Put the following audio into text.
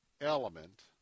element